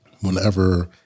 whenever